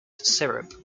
syrup